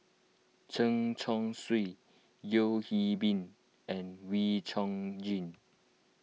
Chen Chong Swee Yeo Hwee Bin and Wee Chong Jin